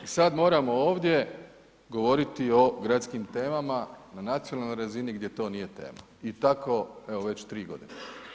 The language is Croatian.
I sad moramo ovdje govoriti o gradskim temama na nacionalnoj razini gdje to nije tema i tako, evo već 3 godine.